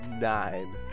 Nine